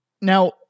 Now